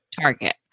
target